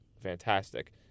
fantastic